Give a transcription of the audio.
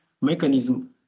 mechanism